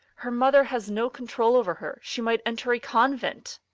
her mother has no control over her she might enter a convent.